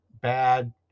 bad